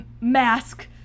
mask